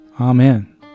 Amen